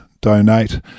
donate